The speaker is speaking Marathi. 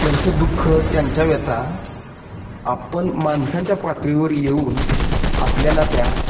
त्यांचं दुःख त्यांच्या व्यथा आपण माणसांच्या पातळीवर येऊन आपल्याला त्या